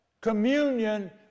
communion